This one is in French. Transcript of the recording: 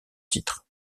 titre